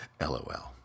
LOL